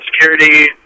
security